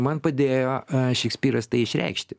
man padėjo šekspyras tai išreikšti